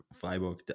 Freiburg